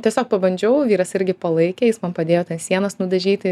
tiesiog pabandžiau vyras irgi palaikė jis man padėjo ten sienas nudažyti